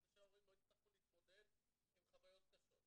כדי שההורים לא יצטרכו להתמודד עם חוויות קשות.